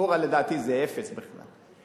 חורה לדעתי זה אפס בכלל.